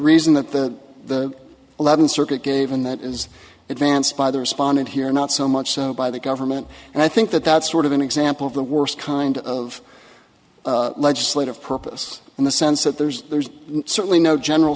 reason that the the eleventh circuit gave and that is advanced by the respondent here not so much so by the government and i think that that's sort of an example of the worst kind of legislative purpose in the sense that there's there's certainly no general